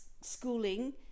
schooling